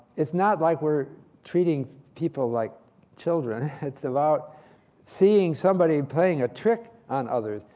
it's not like we're treating people like children. it's about seeing somebody playing a trick on others.